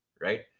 right